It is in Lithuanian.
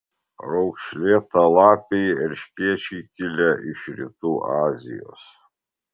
raukšlėtalapiai erškėčiai kilę iš rytų azijos